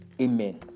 Amen